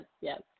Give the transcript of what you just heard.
yes